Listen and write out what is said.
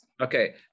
Okay